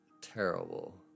terrible